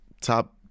top